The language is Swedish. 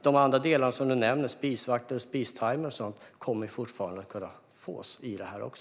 De andra delar du nämner, som spisvakter och spistimer och sådant, kommer nämligen fortfarande att kunna fås.